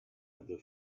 other